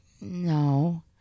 No